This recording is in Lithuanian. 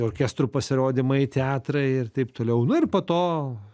orkestrų pasirodymai teatrai ir taip toliau nu ir po to